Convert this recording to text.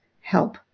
help